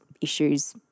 issues